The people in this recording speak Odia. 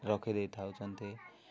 ରଖିଦେଇ ଥାଉଛନ୍ତି